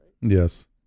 yes